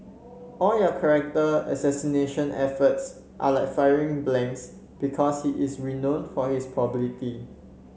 all your character assassination efforts are like firing blanks because he is renown for his probability